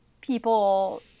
people